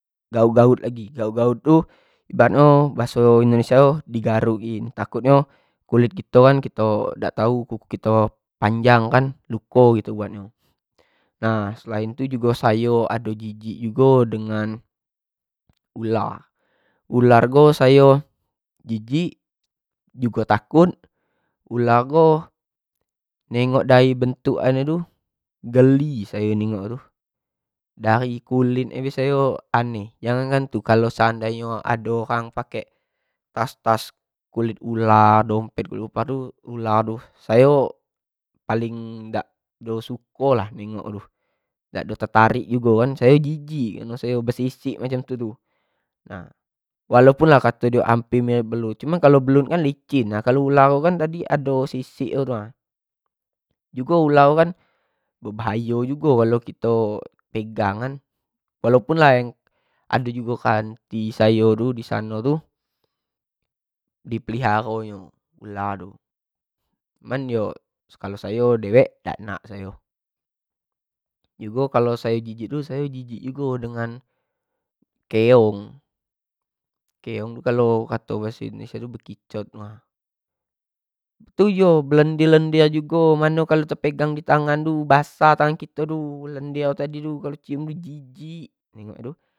Gaut-gaut lagi, gaut-gaut tu ibarat nyo bahaso indonesia tu di garuk i, takut nyo kulit kito kan kito dak tau kuku kito panjang kan, luko gitu buat nyo, nah selain tu jugo sayo ado jijik jugo dnegan ular, ular ko ular ko sayo jijik jugo takut ular ko nengok dari bentuk an tu geli sayo nengok nyo tu dari kulit nyo sayo aneh yang lain tu kalo seandai nyo ado orang pake tas-tas kulit ular, dompet ular tu, aduh sayo paling dak ado suko lah nengok tu dak ado tertarik jugo kan, sayo jijik, kareno ayo besisik macam tu, nah walaupun kalo kato diok hamper mirip belut, cuman kalo belut kan licin, kalo ular ini ado sisik ko macam ko ha, jugo ular ini kan bebahayo jugo kalo kito pegang kan, walau pun lah ado jugo kanti sayo di sano tu di peliharonyo ular tu, cuman yo kalau sayo dewek dak nak sayo, jugo kalo sayo jijik tu, sayo jijik jugo dengan keong, keong tu kalo bahaso indonesia tu bekicot tu ha, tu yo belendir-lendir jugo macam mano tepegang ditangan kito basah tangan kito tu lendir tadi tu kalo di cium tu jijik nengok tu.